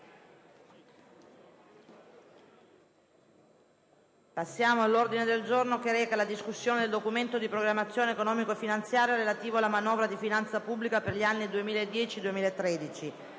della senatrice Germontani nella discussione del Documento di programmazione economico-finanziaria relativo alla manovra di finanza pubblica per gli anni 2010-2013**